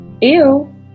Ew